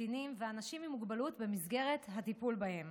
קטינים ואנשים עם מוגבלות במסגרת הטיפול בהם